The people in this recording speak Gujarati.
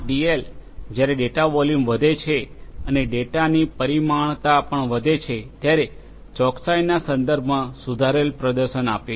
એલ જ્યારે ડેટા વોલ્યુમ વધે છે અને ડેટાની પરિમાણતા પણ વધે છે ત્યારે ચોકસાઈના સંદર્ભમાં સુધારેલ પ્રદર્શન આપે છે